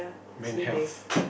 Men Health